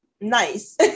nice